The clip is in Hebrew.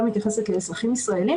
עכשיו אני מתייחסת לאזרחים ישראלים